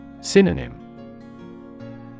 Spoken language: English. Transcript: Synonym